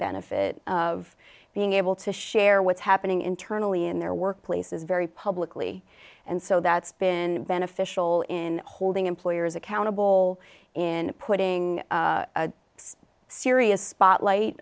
benefit of being able to share what's happening internally in their workplaces very publicly and so that's been beneficial in holding employers accountable and putting serious spotlight